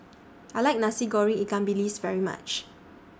I like Nasi Goreng Ikan Bilis very much